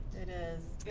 it is.